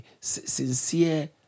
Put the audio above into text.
sincere